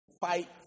fight